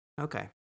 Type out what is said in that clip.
Okay